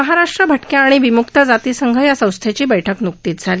महाराष्ट्र अटक्या आणि विम्क्त जाती संघ या संस्थेची बैठक न्कतीच झाली